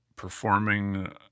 performing